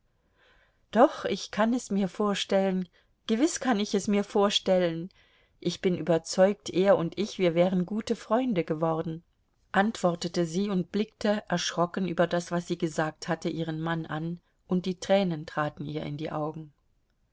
doch ich kann es mir vorstellen gewiß kann ich es mir vorstellen ich bin überzeugt er und ich wir wären gute freunde geworden antwortete sie und blickte erschrocken über das was sie gesagt hatte ihren mann an und die tränen traten ihr in die augen